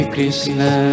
Krishna